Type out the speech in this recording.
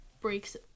breaks